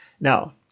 Now